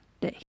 day